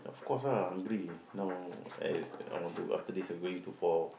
of course ah hungry now I I want to after this I'm going to for